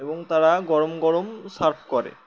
এবং তারা গরম গরম সার্ভ করে